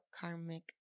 karmic